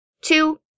two